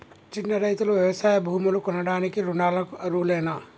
చిన్న రైతులు వ్యవసాయ భూములు కొనడానికి రుణాలకు అర్హులేనా?